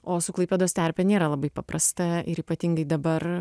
o su klaipėdos terpė nėra labai paprasta ir ypatingai dabar